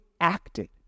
acted